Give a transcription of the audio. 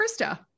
Krista